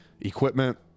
Equipment